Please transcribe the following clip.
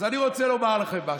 אז אני רוצה לומר לכם משהו.